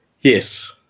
yes